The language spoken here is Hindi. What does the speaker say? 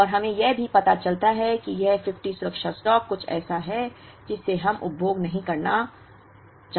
और हमें यह भी पता चलता है कि यह 50 सुरक्षा स्टॉक कुछ ऐसा है जिसे हमें उपभोग नहीं करना होगा